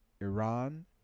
Iran